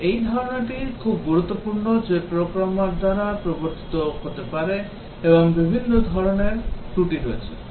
তবে এই ধারণাটি খুব গুরুত্বপূর্ণ যে প্রোগ্রামার দ্বারা প্রবর্তিত হতে পারে এমন বিভিন্ন ধরণের ত্রুটি রয়েছে